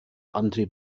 antrieb